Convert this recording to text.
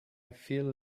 feel